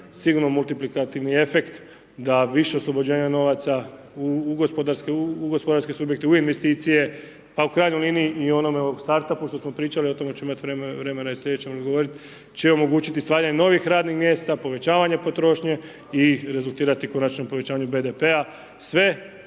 sigurno multiplikativni efekt da više oslobođenje novaca u gospodarske, u gospodarske subjekte u investicije pa u krajnjoj liniji i onome starta pošto smo pričali o tome da ćemo imati vremena i slijedećem odgovorit će omogućiti stvaranje novih radnih mjesta, povećavanje potrošnje i rezultirati konačno povećavanjem BDP-a,